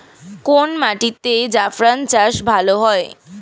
কোন মাটিতে জাফরান চাষ ভালো হয়?